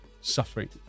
suffering